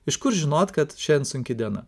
iš kur žinot kad šiandien sunki diena